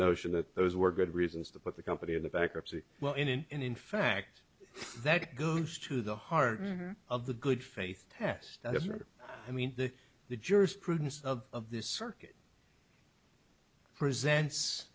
notion that those were good reasons to put the company into bankruptcy well in an in in fact that goes to the heart of the good faith test i mean that the jurisprudence of this circuit presents